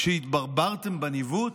שהתברברתם בניווט?